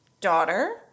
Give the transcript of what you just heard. daughter